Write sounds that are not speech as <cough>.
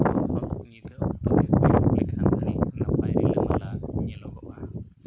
<unintelligible> ᱟᱹᱰᱤ ᱱᱟᱯᱟᱭ ᱨᱤᱞᱟᱹᱢᱟᱞᱟ ᱧᱮᱞᱚᱜᱚᱜᱼᱟ